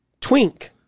Twink